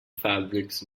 fabrics